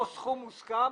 לא סכום מוסכם.